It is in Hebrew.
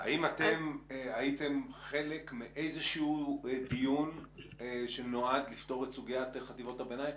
האם אתם הייתם חלק מאיזשהו דיון שנועד לפתור את סוגיית חטיבות הביניים?